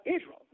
Israel